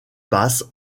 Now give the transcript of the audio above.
passes